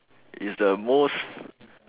is the most